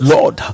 Lord